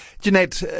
Jeanette